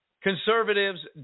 conservatives